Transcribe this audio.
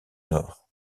nord